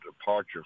departure